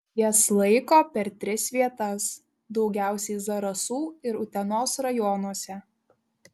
jas laiko per tris vietas daugiausiai zarasų ir utenos rajonuose